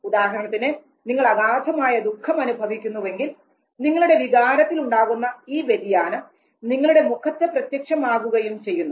ഉദാഹരണത്തിന് നിങ്ങൾ അഗാധമായ ദുഃഖം അനുഭവിക്കുന്നുവെങ്കിൽ നിങ്ങളുടെ വികാരത്തിൽ ഉണ്ടാകുന്ന ഈ വ്യതിയാനം നിങ്ങളുടെ മുഖത്ത് പ്രത്യക്ഷമാകുകയും ചെയ്യുന്നു